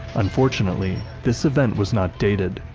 unfortunately, this event was not dated,